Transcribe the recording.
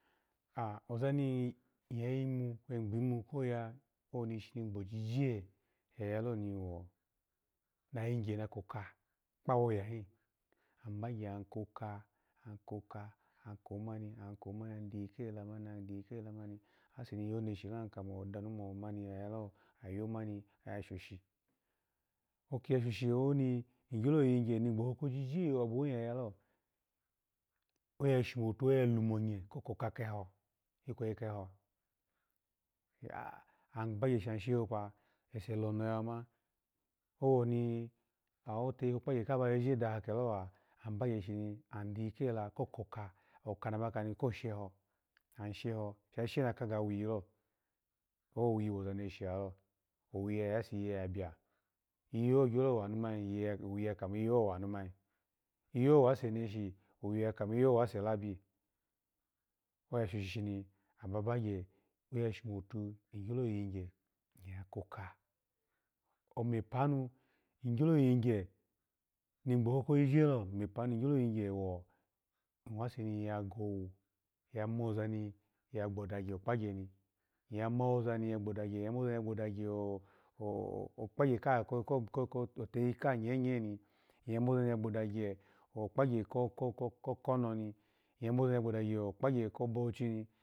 Ah ozani ya yimu kwo gbimu ko ya, owo ni ishi nigbojije ya yalo ni wo nayigye na koka kpa wogahi, abagye akoka, akoka akomani, komani, adiyika ela, omani, adiyika ela omani, ase ni yo neshi akadamo omani oyalo, oyomoni oya shoshi, oki ya shoshi, oni igyolo yagye n gboko kojije ya yalo, oya shomotu, oya lumonye ko koka keho, ikweyi keho, an gbagye shia shehopa, ese lono ya wama, owoni awoteye ko kpagya ka ba yojije daha kelowa abagya shi ni adiyikaha ela ko koka, oka ni aba kani ko sheho, asheho shashishe na ga wilo, bawii owi woza neshi falo, owi ya yase iyebya, iyeho gyo wase neshi owi ya kamo iyeho wase labi, oya shoshini ababagye, oya shomotu ogyolo yigyel ya koka ome panu, igyolo yigye ni gboko kojije, mepa wo omase ni ya gwowu ga mozani ya gbodagye okpagyeni, ya mawozani gboelagye mozani gboda gye ooh okpagye koko kaha tegi nye nye, ga mozani gbodagyu ko ko ko no ni, ga moza ni gbodagye okpa gye ko bauchi ni